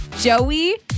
Joey